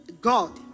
God